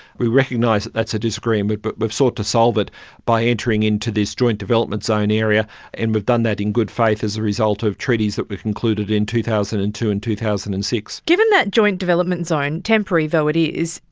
we recognise that that's a disagreement but we've sought to solve it by entering into this joint develop zone area and we've done that in good faith as a result of treaties that were concluded in two thousand and two and two thousand and six. given that joint development zone, temporary though it is,